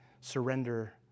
surrender